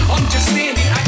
understanding